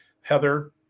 Heather